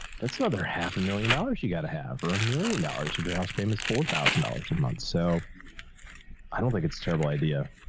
that's another half a million dollars you got to have, or a million dollars if your house payments four thousand dollars a and month. so i don't think it's terrible idea.